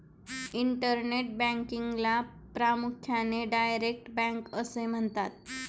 internet बँकिंगला प्रामुख्याने direct bank असे म्हणतात